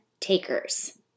takers